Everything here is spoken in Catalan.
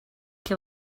què